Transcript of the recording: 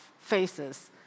faces